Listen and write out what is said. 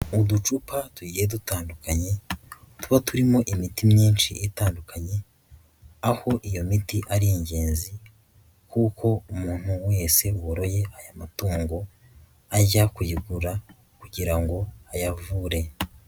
Uducupa tugiye dutandukanye tuba turimo imiti myinshi itandukanye, aho iyo miti ari ingenzi kuko umuntu wese woroye aya matungo ajya kuyigura kugira ngo ayavure.